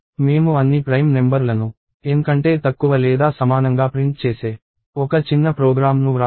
మేము అన్ని prime number లను N కంటే తక్కువ లేదా సమానంగా ప్రింట్ చేసే ఒక చిన్న ప్రోగ్రామ్ను వ్రాసాము